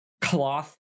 cloth